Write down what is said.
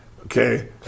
okay